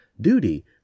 Duty